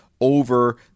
over